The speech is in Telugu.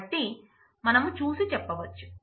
కాబట్టి మనం చూసి చెప్పవచ్చు